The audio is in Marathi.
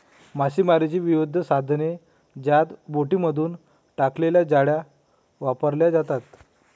मासेमारीची विविध साधने ज्यात बोटींमधून टाकलेल्या जाळ्या वापरल्या जातात